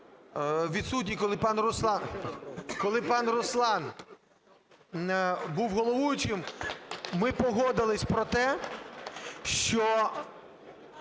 відсутні, коли пан Руслан був головуючим, ми погодились про те, що